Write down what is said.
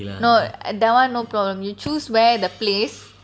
no err that one no problem you choose where the place